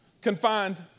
confined